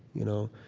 you know,